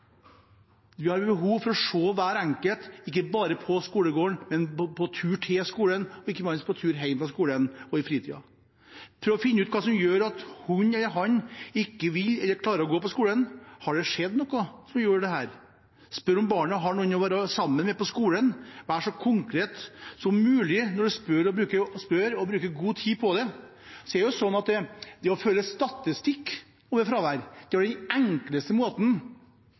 behov for å se hver enkelt, ikke bare i skolegården, men på tur til skolen og ikke minst på tur hjem fra skolen og i fritiden, å prøve å finne ut hva som gjør at hun eller han ikke vil eller klarer å gå på skolen. Har det skjedd noe som gjør dette? Man må spørre om barnet har noen å være sammen med på skolen, være så konkret som mulig når en spør, og bruke god tid på det. Det å føre statistikk over fravær er den enkleste måten å